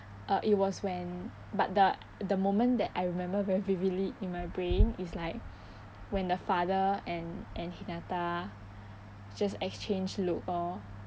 uh it was when but the the moment that I remember very vividly in my brain is like when the father and and hinata just exchanged look orh